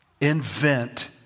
invent